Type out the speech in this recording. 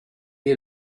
est